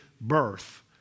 birth